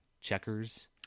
checkers